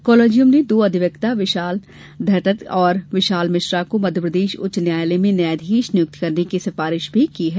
Colosseum ने दो अधिवक्ता विशाल धगट और विशाल मिश्रा को मध्यप्रदेश उच्च न्यायालय में न्यायाधीश नियुक्त करने की सिफारिश भी की है